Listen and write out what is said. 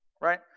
right